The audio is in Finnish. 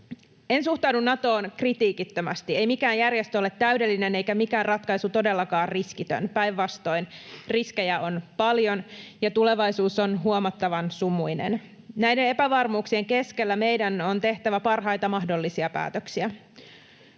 En suhtaudu Natoon kritiikittömästi. Ei mikään järjestö ole täydellinen eikä mikään ratkaisu todellakaan riskitön — päinvastoin riskejä on paljon ja tulevaisuus on huomattavan sumuinen. Näiden epävarmuuksien keskellä meidän on tehtävä parhaita mahdollisia päätöksiä.